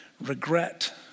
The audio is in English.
regret